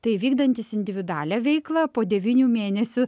tai vykdantys individualią veiklą po devynių mėnesių